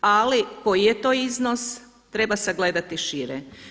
Ali koji je to iznos treba sagledati šire.